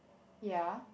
ya